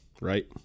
Right